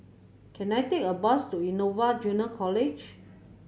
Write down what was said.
can I take a bus to Innova Junior College